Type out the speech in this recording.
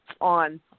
on